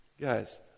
guys